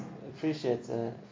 appreciate